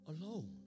alone